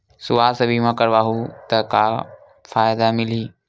सुवास्थ बीमा करवाहू त का फ़ायदा मिलही?